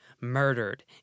murdered